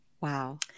wow